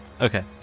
Okay